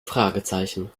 fragezeichen